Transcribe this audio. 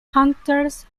hunters